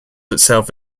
itself